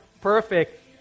perfect